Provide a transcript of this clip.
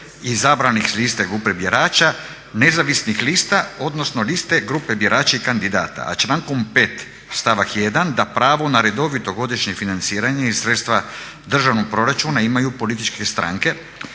izabranih s liste grupe birača nezavisnih lista, odnosno liste grupe birača i kandidata, a člankom 5. stavak 1. da pravo na redovito godišnje financiranje i sredstva državnog proračuna imaju političke stranke